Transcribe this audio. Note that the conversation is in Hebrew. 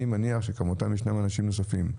אני מניח שכמותם ישנם אנשים נוספים,